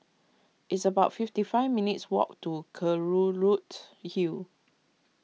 it's about fifty five minutes' walk to Kelulut Hill